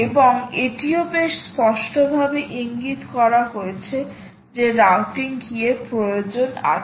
এবং এটিও বেশ স্পষ্টভাবে ইঙ্গিত করা হয়েছে যে রাউটিং কী এর প্রয়োজন আছে